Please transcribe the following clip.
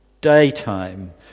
daytime